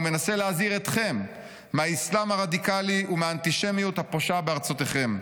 ומנסה להזהיר אתכם מהאסלאם הרדיקלי ומהאנטישמיות הפושה בארצותיכם.